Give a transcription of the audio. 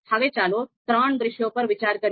હવે ચાલો ત્રણ દૃશ્યો પર વિચાર કરીએ